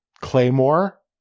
claymore